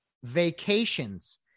vacations